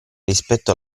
rispetto